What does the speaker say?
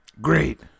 Great